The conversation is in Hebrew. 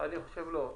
אני חושב שלא.